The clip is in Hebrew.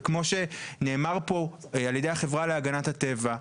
וכמו שנאמר פה על ידי החברה להגנת הטבע,